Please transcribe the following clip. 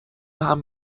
بهم